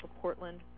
Portland